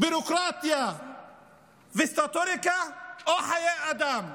ביורוקרטיה וסטטוטוריקה, או חיי אדם?